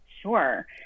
Sure